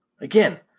Again